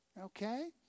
Okay